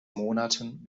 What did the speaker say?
monaten